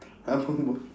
abang b~